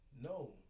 no